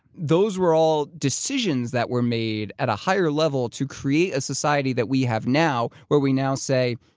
those were all decisions that were made at a higher level to create a society that we have now, where we now say,